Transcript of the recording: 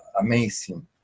amazing